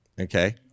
Okay